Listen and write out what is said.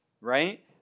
right